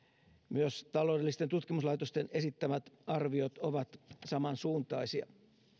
myös taloudellisten tutkimuslaitosten esittämät arviot ovat samansuuntaisia